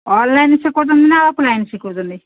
online ଶିଖାଉଛନ୍ତି ନା offline ଶିଖାଉଛନ୍ତି